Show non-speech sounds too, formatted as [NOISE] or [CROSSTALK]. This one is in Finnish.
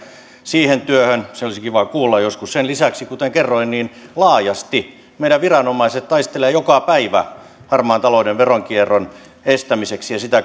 siihen työhön se olisi kiva kuulla joskus sen lisäksi kuten kerroin laajasti meidän viranomaiset taistelevat joka päivä harmaan talouden ja veronkierron estämiseksi ja sitä [UNINTELLIGIBLE]